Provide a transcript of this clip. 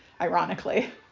ironically